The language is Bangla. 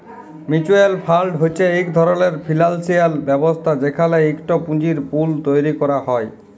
মিউচ্যুয়াল ফাল্ড হছে ইক ধরলের ফিল্যালসিয়াল ব্যবস্থা যেখালে ইকট পুঁজির পুল তৈরি ক্যরা হ্যয়